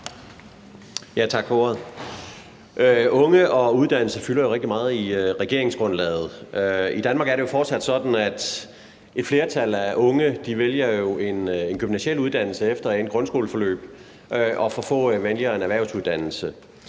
(S): Tak for ordet. Unge og uddannelse fylder jo rigtig meget i regeringsgrundlaget. I Danmark er det fortsat sådan, at et flertal af unge vælger en gymnasial uddannelse efter endt grundskoleforløb og for få vælger en erhvervsuddannelse.